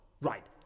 Right